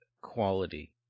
quality